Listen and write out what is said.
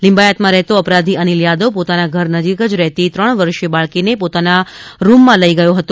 લીંબાયતમાં રહેતો અપરાધી અનિલ યાદવ પોતાના ઘર નજીક જ રહેતી ત્રણ વર્ષિય બાળકીને પોતાના રૃમમાં લઇ ગયો હતો